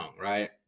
right